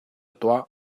tuah